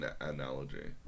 analogy